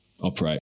operate